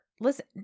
Listen